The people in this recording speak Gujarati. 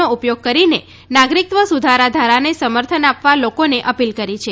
નો ઉપયોગ કરીને નાગરીકત્વ સુધારા ધારાને સમર્થન આપવા લોકોને અપીલ કરી છે